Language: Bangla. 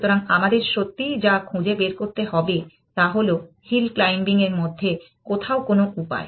সুতরাং আমাদের সত্যিই যা খুঁজে বের করতে হবে তা হল হিল ক্লাইম্বিং এর মধ্যে কোথাও কোন উপায়